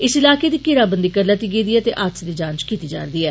इस इलाके दी घेराबंदी करी लेती गेदी ऐ ते हादसे दी जांच कीती जारदी ऐ